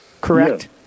Correct